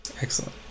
Excellent